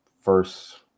first